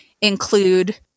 include